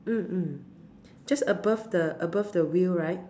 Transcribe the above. mm mm just above the above the wheel right